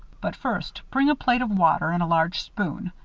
but first bring a plate of water and a large spoon.